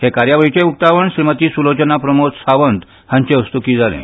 हे कार्यावळीचें उकतावण श्रीमती सुलोचना प्रमोद सावंत हांचे हस्तुकीं जालें